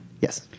Yes